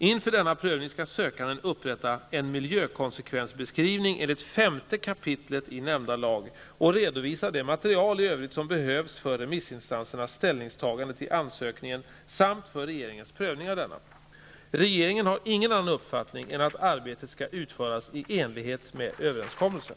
Inför denna prövning skall sökanden upprätta en miljökonsekvensbeskrivning enligt 5 kap. i nämnda lag och redovisa det material i övrigt som behövs för remissinstansernas ställningstagande till ansökningen samt för regeringens prövning av denna. Regeringen har ingen annan uppfattning än att arbetet skall utföras i enlighet med överenskommelsen.